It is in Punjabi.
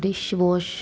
ਡਿਸ਼ਵੋਸ਼